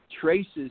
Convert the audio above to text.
traces